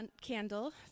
candle